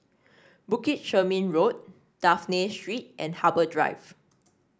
Bukit Chermin Road Dafne Street and Harbour Drive